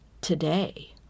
today